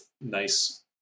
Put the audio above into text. nice